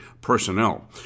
personnel